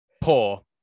Poor